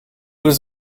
was